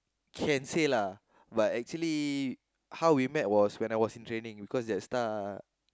can say lah but actually how we met was when I was in training because JetStar